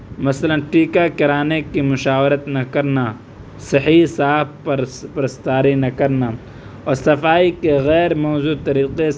مثلاً ٹیکہ کرانے کی مشاورت نہ کرنا صحیح صاف پر پرستاری نہ کرنا اور صفائی کے غیر موزوں طریقے